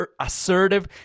assertive